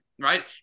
right